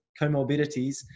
comorbidities